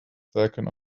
falcon